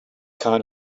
kind